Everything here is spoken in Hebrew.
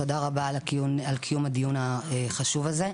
תודה רבה על קיום הדיון החשוב הזה.